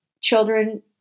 Children